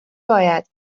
باید